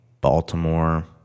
Baltimore